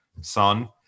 Son